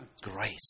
grace